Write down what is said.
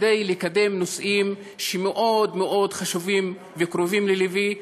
כדי לקדם נושאים שמאוד מאוד חשובים וקרובים לליבי,